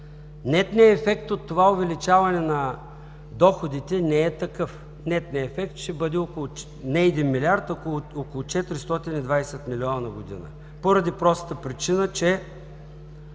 Нетният ефект от това увеличаване на доходите не е такъв. Нетният ефект ще бъде не 1 милиард, а около 420 милиона на година, поради простата причина, че